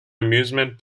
amusement